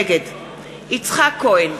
נגד יצחק כהן,